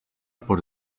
por